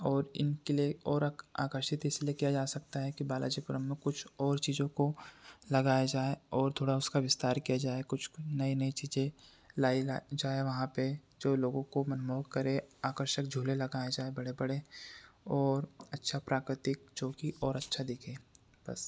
और इनके लिए और आकर्षित इसलिए किया जा सकता है कि बलाजी पुरम में कुछ और चीज़ों को लगाया जाए और थोड़ा उसका विस्तार किया जाए कुछ नई नई चीज़ें लाई जाए वहाँ पे जो लोगों को मनमोहक करे आकर्षक झूले लगाए जाए बड़े बड़े और अच्छा प्राकृतिक जो कि और अच्छा दिखे बस